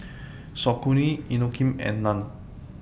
Saucony Inokim and NAN